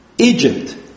Egypt